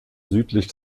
südlich